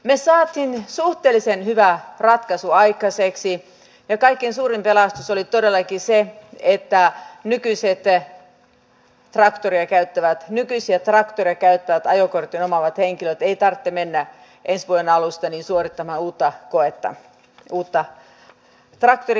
me saimme suhteellisen hyvän ratkaisun aikaiseksi ja kaikkein suurin pelastus oli todellakin se että nykyisiä traktoreita käyttävien ajokortin omaavien henkilöiden ei tarvitse mennä ensi vuoden alusta suorittamaan uutta koetta uutta traktorikorttia